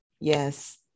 Yes